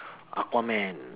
aqua man